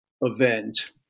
event